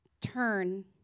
Turn